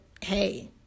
hey